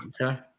Okay